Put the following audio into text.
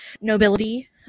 nobility